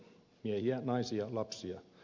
miehiä naisia lapsia